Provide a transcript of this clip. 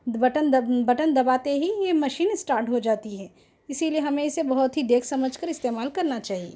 button دب button دباتے ہی یہ مشین اسٹارٹ ہو جاتی ہے اسی لئے ہمیں اسے بہت ہی دیکھ سمجھ کر استعمال کرنا چاہیے